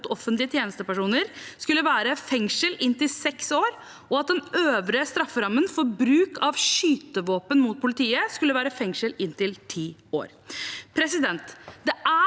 mot offentlige tjenestepersoner skulle være fengsel inntil seks år, og at den øvre strafferammen for bruk av skytevåpen mot politiet skulle være fengsel inntil ti år. Det